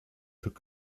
took